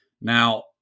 Now